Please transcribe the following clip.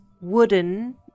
Wooden